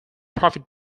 profit